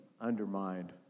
undermined